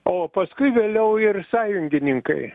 o paskui vėliau ir sąjungininkai